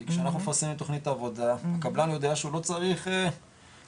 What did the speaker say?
כי כשאנחנו מפרסמים את תוכנית העבודה הקבלן יודע שהוא לא צריך להציע